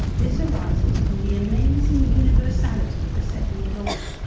this arises from the amazing universality of the second law.